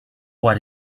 what